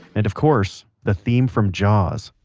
and, of course, the theme from jaws